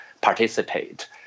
participate